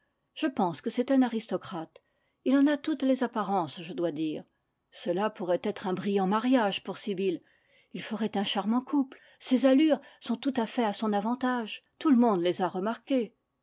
je pense que c'est un aristocrate il en a toutes les apparences je dois dire cela pourrait être un brillant mariage pour sibyl ils feraient un charmant couple ses allures sont tout à fait à son avantage tout le monde les a remarquées